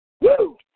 Woo